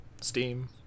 steam